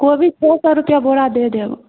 कोइ भी छे सए रुपिया बोरा दए देब